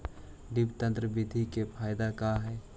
Drip तन्त्र बिधि के फायदा का है?